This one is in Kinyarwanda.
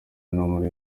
muri